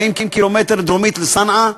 40 ק"מ דרומית לצנעא.